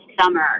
summer